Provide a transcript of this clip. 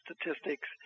statistics